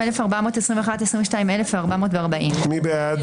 22,441 עד 22,460. מי בעד?